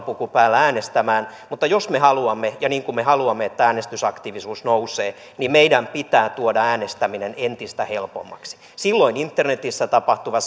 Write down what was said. puku päällä äänestämään mutta jos me haluamme ja niin kuin me haluamme että äänestysaktiivisuus nousee niin meidän pitää tuoda äänestäminen entistä helpommaksi silloin internetissä tapahtuva